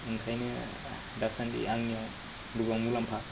ओंखायनो दासान्दि आंनिआव गोबां मुलाम्फा